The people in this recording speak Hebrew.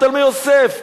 בתלמי-יוסף,